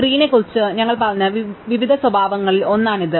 ട്രീനെക്കുറിച്ച് ഞങ്ങൾ പറഞ്ഞ വിവിധ സ്വഭാവങ്ങളിൽ ഒന്നാണ് ഇത്